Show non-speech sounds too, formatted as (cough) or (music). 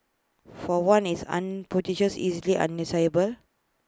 for one it's ubiquitous easily an (unintelligible)